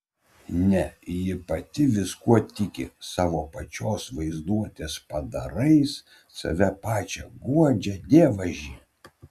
ne ji pati viskuo tiki savo pačios vaizduotės padarais save pačią guodžia dievaži